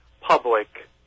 public